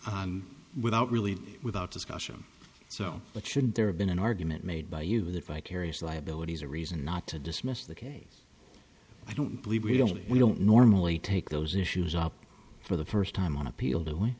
it without really without discussion so but shouldn't there have been an argument made by you that vicarious liability is a reason not to dismiss the case i don't believe we don't we don't normally take those issues up for the first time on appeal t